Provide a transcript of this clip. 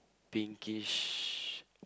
pinkish